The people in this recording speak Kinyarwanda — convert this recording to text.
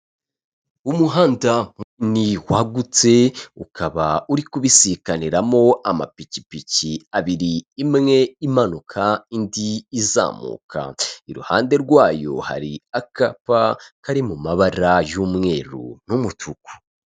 Umuhanda munini wagutse, ukaba uri kubisikaniramo amapikipiki abiri, imwe imanuka, indi izamuka. Iruhande rwayo hari akapa kari mu mabara y'umweru n'umutuku.